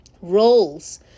roles